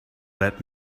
let